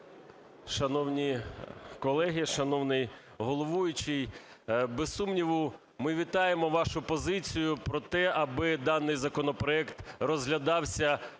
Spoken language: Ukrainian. Шановні колеги, шановний головуючий, без сумніву, ми вітаємо вашу позицію про те, аби даний законопроект розглядався